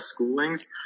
schoolings